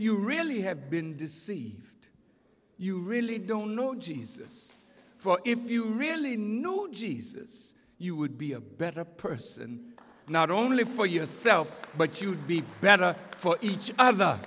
you really have been deceived you really don't know jesus for if you really know jesus you would be a better person not only for yourself but you'd be better for each other